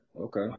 Okay